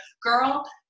girl